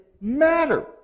matter